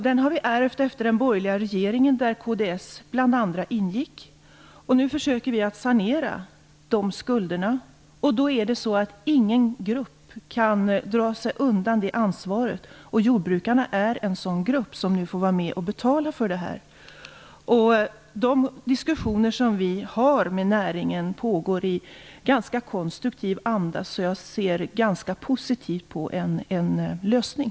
Dessa har vi ärvt efter den borgerliga regeringen där bl.a. kds ingick. Nu försöker vi att sanera dessa skulder. Då kan ingen grupp dra sig undan ansvaret. Jordbrukarna är en sådan grupp som nu får vara med och betala. De diskussioner som vi har med näringen förs i ganska konstruktiv anda. Så jag ser ganska positivt på en lösning.